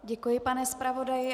Děkuji, pane zpravodaji.